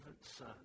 son